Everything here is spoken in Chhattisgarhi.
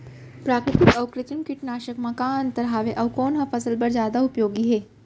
प्राकृतिक अऊ कृत्रिम कीटनाशक मा का अन्तर हावे अऊ कोन ह फसल बर जादा उपयोगी हे?